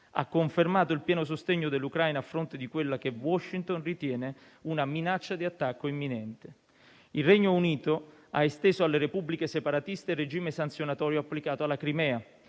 ha confermato il pieno sostegno all'Ucraina a fronte di quella che Washington ritiene una minaccia di attacco imminente. Il Regno Unito ha esteso alle repubbliche separatiste il regime sanzionatorio applicato alla Crimea: